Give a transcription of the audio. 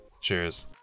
Cheers